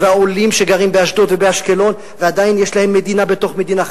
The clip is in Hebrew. העולים שגרים באשדוד ובאשקלון ועדיין יש להם מדינה בתוך מדינה,